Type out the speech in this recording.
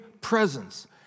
presence